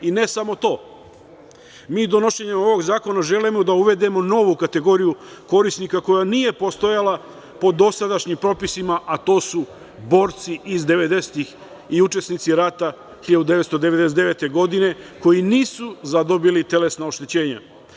I, ne samo to, mi donošenjem ovog zakona želimo da uvedemo novu kategoriju korisnika, koja nije postojala po dosadašnjim propisima, a to su borci iz devedesetih i učesnici rata 1999. godine, koji nisu zadobili telesna oštećenja.